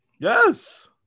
Yes